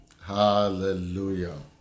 hallelujah